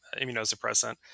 immunosuppressant